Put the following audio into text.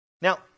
Now